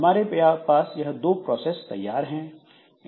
हमारे पास यह दो प्रोसेस तैयार हैं